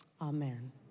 Amen